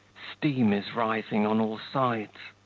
steam is rising on all sides.